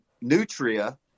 nutria